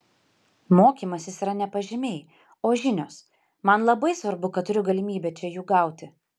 mokymasis yra ne pažymiai o žinios man labai svarbu kad turiu galimybę čia jų gauti